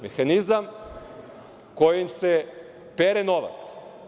Mehanizam kojim se pere novac.